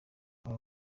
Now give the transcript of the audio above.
aba